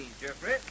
Jeffrey